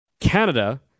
Canada